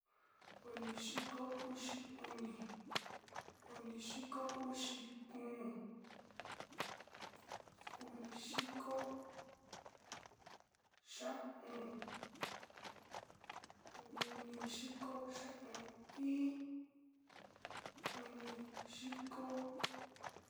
Odiko uxi, onidiko oni, onidiko uxi kóo, onidiko xaón, onidiko xaon iin, onidiko.